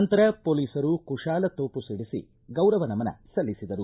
ನಂತರ ಪೊಲೀಸ್ರು ಕುಶಾಲ ತೋಪು ಸಿಡಿಸಿ ಗೌರವ ನಮನ ಸಲ್ಲಿಸಿದರು